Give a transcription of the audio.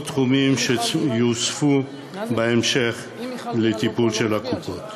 או תחומים שיוספו בהמשך לטיפול הקופות.